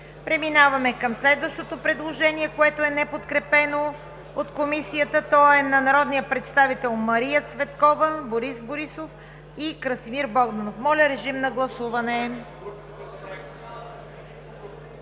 Преминаваме към следващото предложение, което е неподкрепено от Комисията – то е на народните представители Мария Цветкова, Борис Борисов и Красимир Богданов. (Реплика от народния